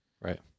Right